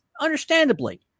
understandably